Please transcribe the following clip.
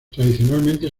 tradicionalmente